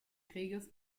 krieges